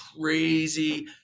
crazy